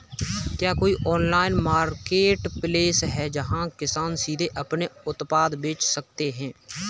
क्या कोई online marketplace है जहाँ किसान सीधे अपने उत्पाद बेच सकते हैं?